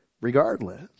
Regardless